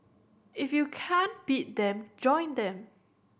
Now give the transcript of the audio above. if you can't beat them join them